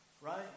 Right